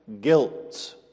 guilt